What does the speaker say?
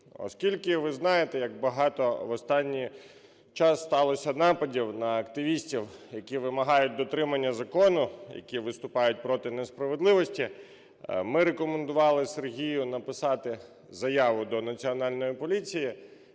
Оскільки ви знаєте, як багато в останній час сталося нападів на активістів, які вимагають дотримання закону, які виступають проти несправедливості, ми рекомендували Сергію написати заяву до Національної поліції,